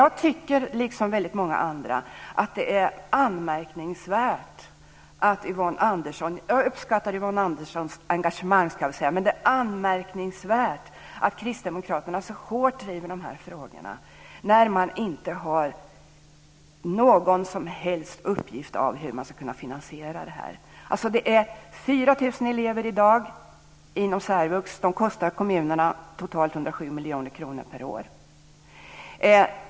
Jag tycker, liksom väldigt många andra, att det är anmärkningsvärt - jag uppskattar Yvonne Anderssons engagemang - att Yvonne Andersson och Kristdemokraterna så hårt driver de här frågorna när man inte har någon som helst uppgift om hur man ska finansiera det. Det är 4 000 elever i dag inom särvux. De kostar kommunerna totalt 107 miljoner per år.